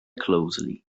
closely